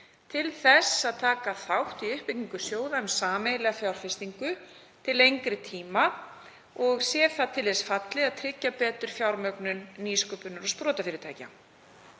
til þess að taka þátt í uppbyggingu sjóða um sameiginlega fjárfestingu til lengri tíma og sé það til þess fallið að tryggja betur fjármögnun nýsköpunar- og sprotafyrirtækja.